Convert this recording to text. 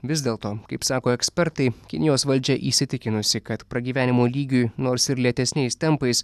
vis dėlto kaip sako ekspertai kinijos valdžia įsitikinusi kad pragyvenimo lygiui nors ir lėtesniais tempais